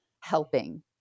helping